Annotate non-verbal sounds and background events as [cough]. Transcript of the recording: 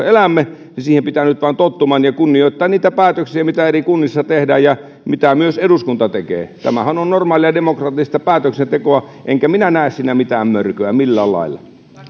[unintelligible] elämme niin siihen pitää nyt vain tottua ja kunnioittaa niitä päätöksiä mitä eri kunnissa tehdään ja mitä myös eduskunta tekee tämähän on normaalia demokraattista päätöksentekoa enkä minä näe siinä mitään mörköä millään lailla